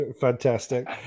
Fantastic